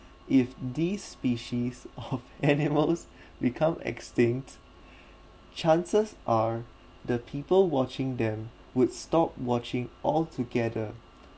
if these species of animals become extinct chances are the people watching them would stop watching altogether